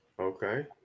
Okay